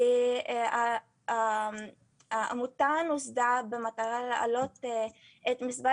ו-ט' והעמותה נוסדה במטרה לעלות את מספר